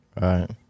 Right